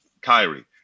Kyrie